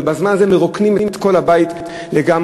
ובזמן הזה מרוקנים את כל הבית לגמרי.